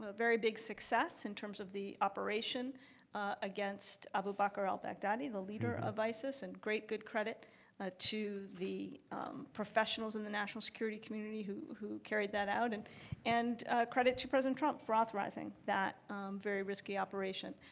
ah very big success in terms of the operation against abu bakr al-baghdadi, the leader of isis, and great good credit ah to the professionals in the national security community who who carried that out, and and credit to president trump for authorizing that very risky operation.